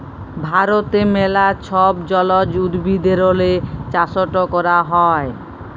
ভারতে ম্যালা ছব জলজ উদ্ভিদেরলে চাষট ক্যরা হ্যয়